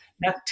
Now